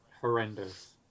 horrendous